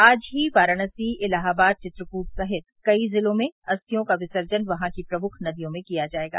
आज ही वाराणसी इलाहाबाद चित्रकूट सहित कई जिलों में अस्थियों का विसर्जन वहां की प्रमुख नदियों में किया जायेगा